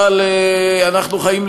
אבל אנחנו חיים,